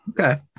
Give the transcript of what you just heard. Okay